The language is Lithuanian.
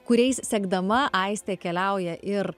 kuriais sekdama aistė keliauja ir